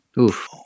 Oof